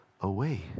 away